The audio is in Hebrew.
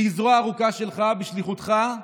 שהיא הזרוע הארוכה שלך, בשליחותך,